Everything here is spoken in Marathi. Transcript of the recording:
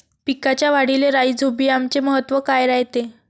पिकाच्या वाढीले राईझोबीआमचे महत्व काय रायते?